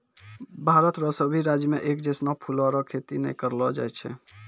भारत रो सभी राज्य मे एक जैसनो फूलो रो खेती नै करलो जाय छै